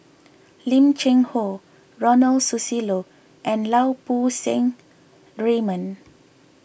Lim Cheng Hoe Ronald Susilo and Lau Poo Seng Raymond